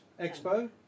expo